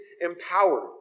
empowered